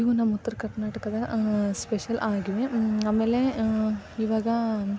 ಇವು ನಮ್ಮ ಉತ್ತರ ಕರ್ನಾಟಕದ ಸ್ಪೆಷಲ್ ಆಗಿವೆ ಆಮೇಲೆ ಇವಾಗ